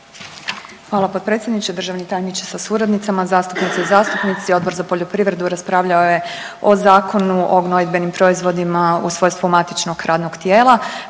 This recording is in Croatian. Hvala potpredsjedniče. Državni tajniče sa suradnicima, zastupnice i zastupnici. Odbor za poljoprivredu raspravljao je o Zakonu o gnojidbenim proizvodima u svojstvu matičnog radnog tijela,